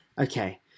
Okay